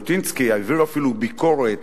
ז'בוטינסקי העביר אפילו ביקורת.